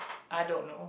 I don't know